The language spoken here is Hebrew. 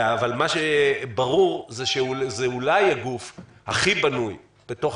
אבל מה שברור שאולי זה הגוף הכי בנוי בתוך